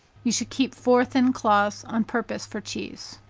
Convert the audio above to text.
you should keep four thin cloths on purpose for cheese.